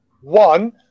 one